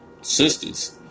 sisters